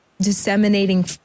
disseminating